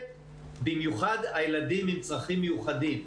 במיוחד הילדים עם הצרכים המיוחדים.